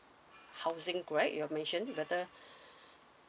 housing grant you mentioned whether